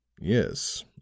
Yes